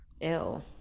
Ew